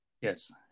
Yes